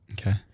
Okay